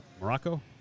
Morocco